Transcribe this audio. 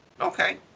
Okay